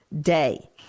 day